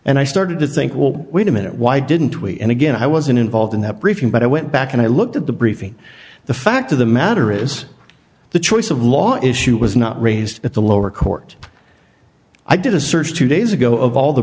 and i started to think we'll wait a minute why didn't we and again i wasn't involved in that briefing but i went back and i looked at the briefing the fact of the matter is the choice of law issue was not raised at the lower court i did a search two days ago of all the